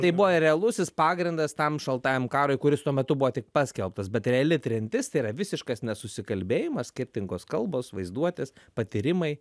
tai buvo realusis pagrindas tam šaltajam karui kuris tuo metu buvo tik paskelbtas bet reali trintis tai yra visiškas nesusikalbėjimas skirtingos kalbos vaizduotės patyrimai